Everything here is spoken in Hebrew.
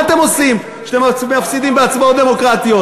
מה אתם עושים כשאתם מפסידים בהצבעות דמוקרטיות?